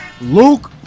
Luke